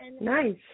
Nice